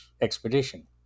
expedition